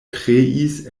kreis